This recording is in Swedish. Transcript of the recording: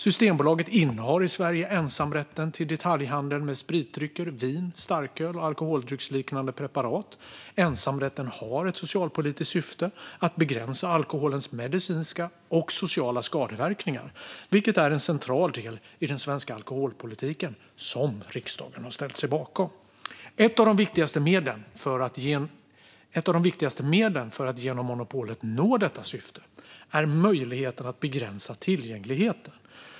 Systembolaget innehar i Sverige ensamrätten till detaljhandel med spritdrycker, vin, starköl och alkoholdrycksliknande preparat. Ensamrätten har ett socialpolitiskt syfte, att begränsa alkoholens medicinska och sociala skadeverkningar, vilket är en central del i den svenska alkoholpolitik som riksdagen har ställt sig bakom. Ett av de viktigaste medlen för att genom monopolet nå detta syfte är möjligheten att begränsa tillgängligheten.